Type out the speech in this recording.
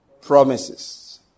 Promises